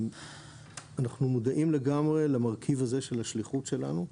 אנחנו מודעים לגמרי למרכיב הזה של השליחות שלנו,